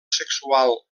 sexual